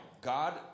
God